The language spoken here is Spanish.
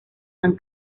han